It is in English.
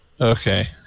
Okay